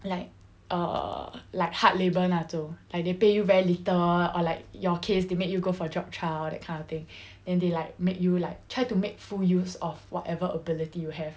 like err like hard labour 那种 like they pay you very little or like your case they make you go for job trial that kind of thing and they like make you like try to make full use of whatever ability you have